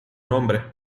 nombre